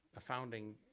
a founding